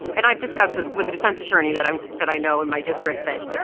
and i've discussed this with a defense attorney that i that i know in my district that,